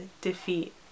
defeat